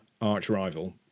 arch-rival